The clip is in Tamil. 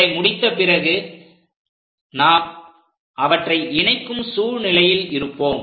இதை முடித்த பிறகு நாம் அவற்றை இணைக்கும் சூழ்நிலையில் இருப்போம்